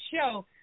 show